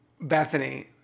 Bethany